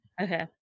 okay